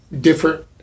different